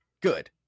good